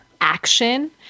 action